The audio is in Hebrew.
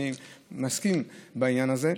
אני מסכים בעניין הזה.